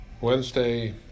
Wednesday